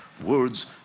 words